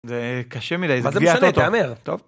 זה קשה מדי. -מה זה משנה? תהמר. -טוב.